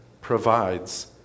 provides